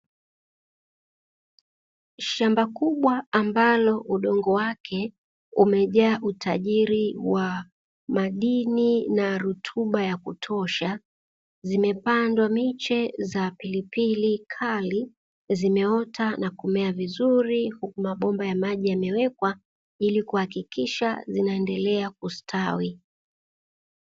Shamba kubwa ambalo udongo wake umejaa utajiri wa madini na rutuba ya kutosha, zimepandwa miche za pilipili kali zimeota na kumea vizuri, huku mabomba ya maji yamewekwa, ili kuhakikisha zinaendelea kustawi.